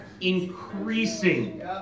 increasing